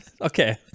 okay